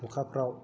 हुखाफोराव